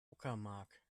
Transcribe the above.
uckermark